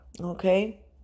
Okay